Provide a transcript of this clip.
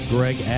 Greg